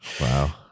Wow